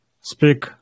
speak